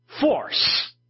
force